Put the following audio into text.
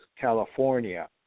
California